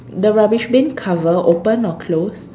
the rubbish bin cover open or close